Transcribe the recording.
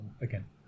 again